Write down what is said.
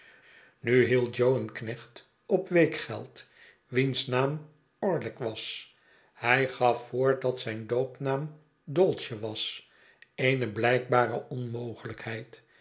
nu hield jo een knecht op weekgeld wiens naam orlick was hij gaf voor dat zijn doopnaam dolce was eene blijkbare onmogelijkheid